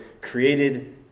created